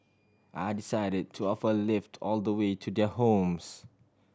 I decided to offer a lift all the way to their homes